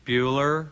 Bueller